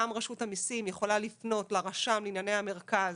גם רשות המיסים יכולה לפנות לרשם לענייני המרכז